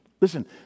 Listen